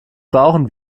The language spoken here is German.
brauchen